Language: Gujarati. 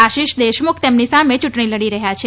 આશિષ દેશમુખ તેમની સાથે ચૂંટણી લડી રહ્યા છે